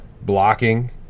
blocking